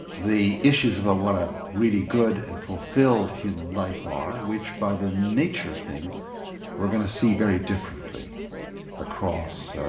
the issues about what ah a good and fulfilled human life are, which by the nature of things we're going to see very differently across